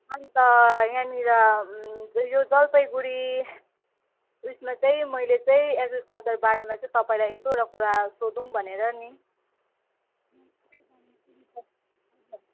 अनि त यहाँनिर यो जलपाइगुडी ऊ यसमा चाहिँ मैले चाहिँ एग्रिकल्चरबारेमा चाहिँ तपाईँलाई एक दुइटा कुरा सोधौँ भनेर नि